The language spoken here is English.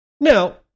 Now